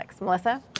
Melissa